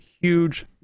huge